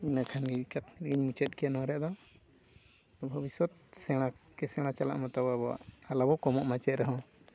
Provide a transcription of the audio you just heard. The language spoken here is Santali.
ᱤᱱᱟᱹ ᱠᱷᱟᱱ ᱜᱮ ᱤᱱᱠᱟᱹ ᱛᱮᱜᱮᱧ ᱢᱩᱪᱟᱹᱫ ᱠᱮᱜᱼᱟ ᱱᱚᱣᱟ ᱨᱮᱭᱟᱜ ᱫᱚ ᱵᱷᱚᱵᱤᱥᱥᱚᱛ ᱥᱮᱬᱟ ᱠᱮ ᱥᱮᱬᱟ ᱪᱟᱞᱟᱜᱢᱟ ᱛᱟᱵᱚ ᱟᱵᱚᱣᱟᱜ ᱟᱞᱚ ᱵᱚ ᱠᱚᱢᱚᱜ ᱢᱟ ᱪᱮᱫ ᱨᱮ ᱦᱚᱸ